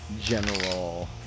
general